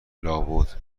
لابد